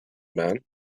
man